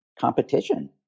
competition